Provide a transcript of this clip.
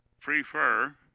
prefer